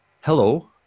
hello